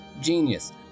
Genius